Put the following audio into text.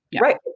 Right